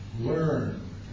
learn